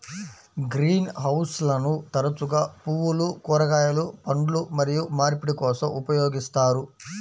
green హౌస్లను తరచుగా పువ్వులు, కూరగాయలు, పండ్లు మరియు మార్పిడి కోసం ఉపయోగిస్తారు